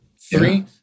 Three